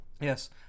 Yes